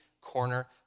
corner